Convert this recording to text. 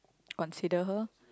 consider her